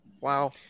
wow